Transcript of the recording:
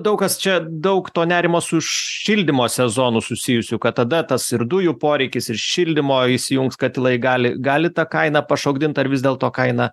daug kas čia daug to nerimo su šildymo sezonu susijusių kad tada tas ir dujų poreikis ir šildymo įsijungs katilai gali gali ta kaina pašokdint ar vis dėlto kaina